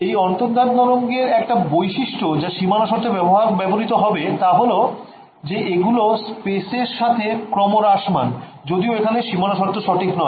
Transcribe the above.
এই অন্তর্ধান তরঙ্গের একটা বৈশিষ্ট্য যা সীমানা শর্তে ব্যবহৃত হবে তা হল যে এগুলো স্পেসের সাথে ক্রমহ্রাসমান যদিও এখানে সীমানা শর্ত সঠিক নয়